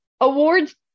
awards